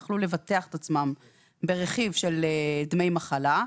יוכלו לבטח את עצמם ברכיב של דמי מחלה,